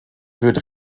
wird